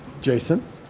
Jason